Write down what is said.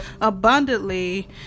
abundantly